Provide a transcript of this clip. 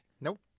Nope